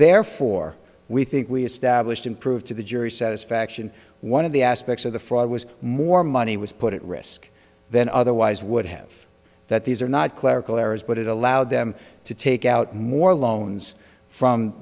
therefore we think we established and prove to the jury satisfaction one of the aspects of the fraud was more money was put at risk than otherwise would have that these are not clerical errors but it allowed them to take out more loans from